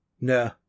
No